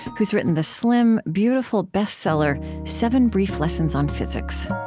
who's written the slim, beautiful bestseller, seven brief lessons on physics